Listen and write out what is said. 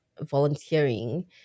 volunteering